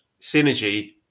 synergy